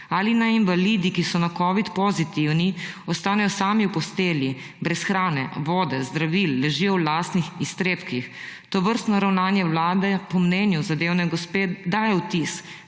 »Ali naj invalidi, ki so na covid-19 pozitivni, ostanejo sami v postelji, brez hrane, vode, zdravil, ležijo v lastnih iztrebkih?« Tovrstno ravnanje Vlade po mnenju zadevne gospe daje vtis,